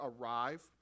arrive